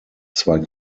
zwei